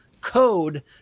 code